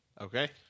Okay